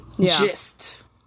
gist